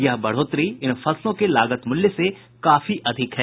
यह बढ़ोतरी इन फसलों के लागत मूल्य से काफी अधिक है